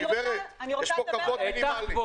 גברת, יש פה כבוד מינימלי.